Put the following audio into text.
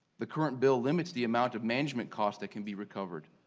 the current bill limits the amount of management costs that can be recovered.